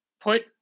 put –